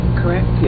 correct